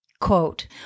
quote